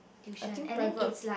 I think private